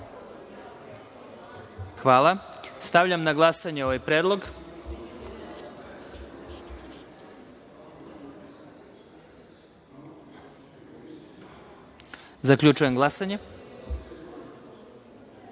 Hvala. Stavljam na glasanje ovaj predlog. Zaključujem glasanje: